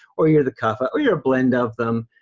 or you're the kapha, or you're a blend of them.